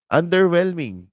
underwhelming